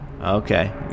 Okay